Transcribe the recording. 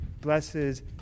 blesses